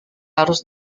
harus